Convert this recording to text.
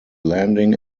landing